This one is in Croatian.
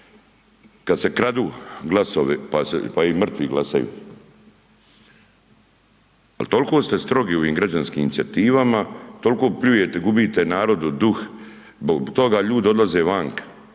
kada se kradu glasovi pa i mrtvi glasaju. Jer toliko ste strogi u ovim građanskim inicijativama, toliko pljujete, gubite narodov duh, zbog toga ljudi odlaze vanka,